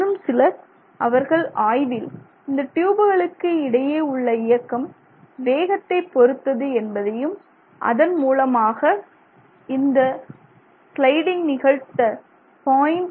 இன்னும் சிலர் அவர்கள் ஆய்வில் இந்த ட்யூபுகளுக்கு இடையே உள்ள இயக்கம் வேகத்தைப் பொறுத்தது என்பதையும் அதன் மூலமாக இந்த ஸ்லைடிங் நிகழ்த்த 0